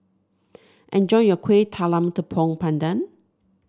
enjoy your Kuih Talam Tepong Pandan